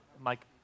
Mike